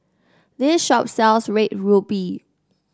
this shop sells Red Ruby